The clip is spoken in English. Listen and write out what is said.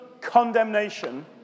condemnation